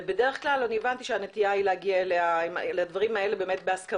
הבנתי שבדרך כלל הנטייה היא להגיע לדברים האלה בהסכמה.